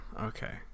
Okay